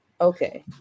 Okay